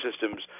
systems